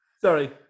Sorry